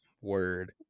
Word